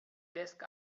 desk